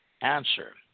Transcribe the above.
answer